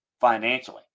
financially